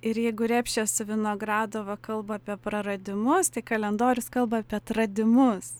ir jeigu repšė su vinogradova kalba apie praradimus tik kalendorius kalba apie atradimus